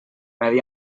medi